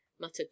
muttered